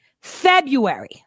February